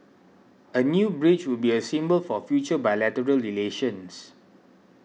a new bridge would be a symbol for future bilateral relations